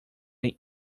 than